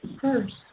first